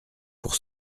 pour